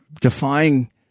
defying